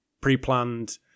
pre-planned